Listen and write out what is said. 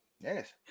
Yes